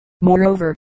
Moreover